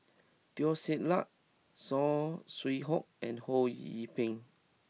Teo Ser Luck Saw Swee Hock and Ho Yee Ping